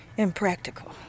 impractical